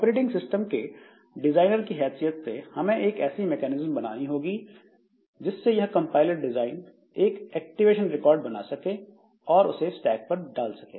operating system के designer की हैसियत से हमें एक ऐसी मैकेनिज्म बनानी होती है जिससे यह कंपाइलर डिजाइन एक एक्टिवेशन रिकॉर्ड बना सके और उसे स्टैक पर डाल सके